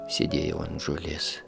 sėdėjau ant žolės